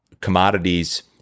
commodities